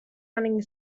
running